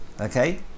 Okay